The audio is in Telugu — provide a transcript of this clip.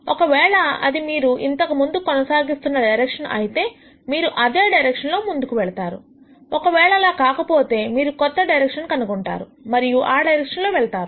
ఒకవేళ అది మీరు ఇంతకు ముందు కొనసాగిస్తున్న డైరెక్షన్ అయితే మీరు అదే డైరెక్షన్ లో ముందుకు వెళ్తారు ఒకవేళ అలా కాకపోతే మీరు కొత్త డైరెక్షన్ కనుగొంటారు మరియు ఆ డైరెక్షన్లో వెళతారు